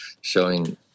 showing